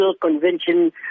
Convention